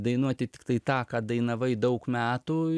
dainuoti tiktai tą ką dainavai daug metų